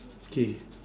K